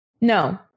No